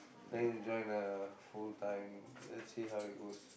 then join the full time let's see how it goes